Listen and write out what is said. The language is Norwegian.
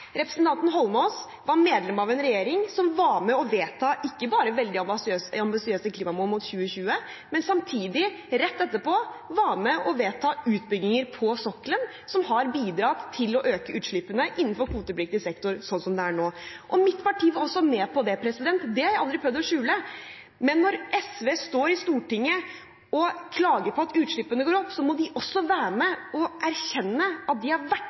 Representanten Holmås var medlem av en regjering som var med på å vedta ikke bare veldig ambisiøse klimamål mot 2020, men samtidig, rett etterpå, var med på å vedta utbygginger på sokkelen, noe som har bidratt til å øke utslippene innenfor kvotepliktig sektor, sånn som det er nå. Mitt parti var også med på det. Det har jeg aldri prøvd å skjule. Men når SV står i Stortinget og klager på at utslippene går opp, må de også være med på å erkjenne at også de har